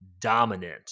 dominant